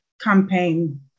campaign